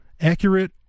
Accurate